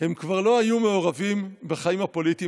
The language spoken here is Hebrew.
הם כבר לא היו מעורבים בחיים הפוליטיים.